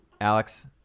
Alex